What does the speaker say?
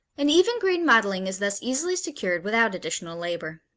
an even green mottling is thus easily secured without additional labor.